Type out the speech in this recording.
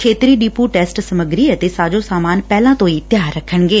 ਖੇਤਰੀ ਡੀਪੁ ਟੈਸਟ ਸਮੱਗਰੀ ਅਤੇ ਸਾਜੋ ਸਾਮਾਨ ਪਹਿਲਾਂ ਤੋਂ ਹੀ ਤਿਆਰ ਰੱਖਣਗੇ